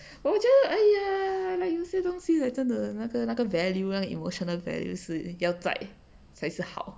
我觉得 !aiya! like 有些东西 like 真的那个那个 value 那 emotional value 是要在才是好